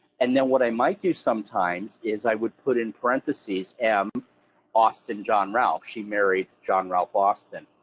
and then what i might do sometimes is i would put in parentheses m austin john ralph, she married john ralph austin,